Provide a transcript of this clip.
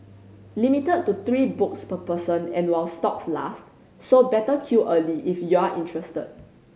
limited to three books per person and while stocks last so better queue early if you're interested